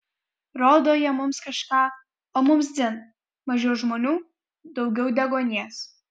rodo jie mums kažką o mums dzin mažiau žmonių daugiau deguonies